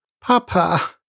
Papa